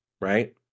right